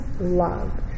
love